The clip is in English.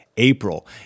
April